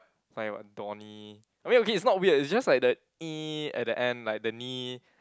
find what Donny okay okay it's not weird is just like the at the end like the ny